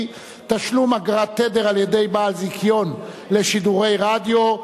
(תשלום אגרות תדר על-ידי בעל זיכיון לשידורי רדיו),